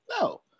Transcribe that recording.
No